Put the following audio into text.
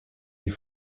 die